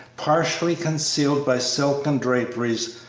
partially concealed by silken draperies,